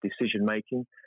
decision-making